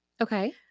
Okay